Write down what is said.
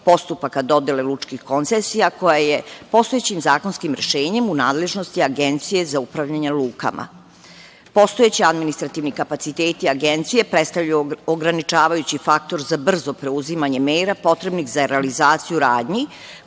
postupaka dodele lučkih koncesija, koja je postojećim zakonskim rešenjem u nadležnosti Agencije za upravljanje lukama. Postojeći administrativni kapaciteti agencije predstavljaju ograničavajući faktor za brzo preuzimanje mera potrebnih za realizaciju radnji